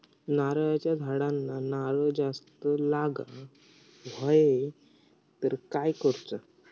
नारळाच्या झाडांना नारळ जास्त लागा व्हाये तर काय करूचा?